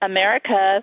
America –